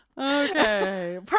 Okay